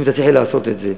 אם תצליחי לעשות את זה.